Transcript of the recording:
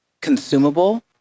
consumable